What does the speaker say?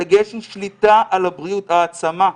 הדגש הוא שליטה על הבריאות, העצמה.